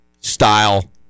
style